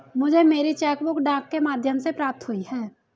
मुझे मेरी cheque book डाक के माध्यम से प्राप्त हुई है